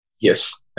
Yes